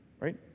right